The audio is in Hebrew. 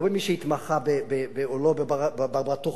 לא במבט של מי שהתמחה בברברה טוכמן,